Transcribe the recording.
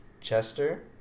Chester